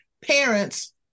parents